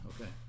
okay